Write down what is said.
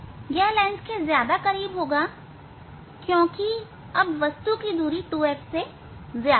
यह लेंस के ज्यादा करीब होगा क्योंकि अब वस्तु की दूरी 2f से ज्यादा है